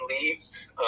leaves